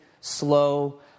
slow